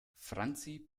franzi